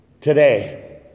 Today